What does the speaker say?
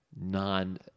non